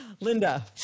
Linda